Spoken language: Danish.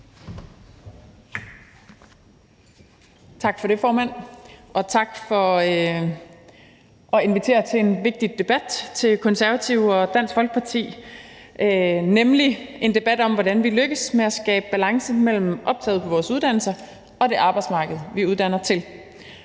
Tak for det, formand. Og tak til Konservative og Dansk Folkeparti for at invitere til en vigtig debat, nemlig en debat om, hvordan vi lykkes med at skabe balance mellem optaget på vores uddannelser og det arbejdsmarked, vi uddanner til.